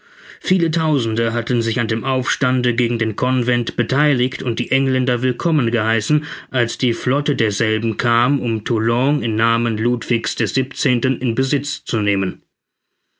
viele tausende hatten sich an dem aufstande gegen den convent betheiligt und die engländer willkommen geheißen als die flotte derselben kam um toulon im namen ludwig's des siebzehnten in besitz zu nehmen